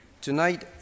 tonight